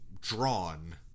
drawn